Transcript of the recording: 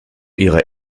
ihrer